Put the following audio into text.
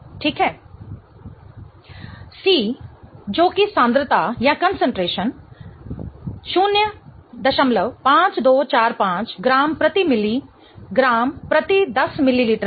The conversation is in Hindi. c जो कि सांद्रता 05245 ग्राम प्रति मिली ग्राम प्रति 10 मिलीलीटर है